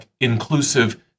inclusive